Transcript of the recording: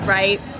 right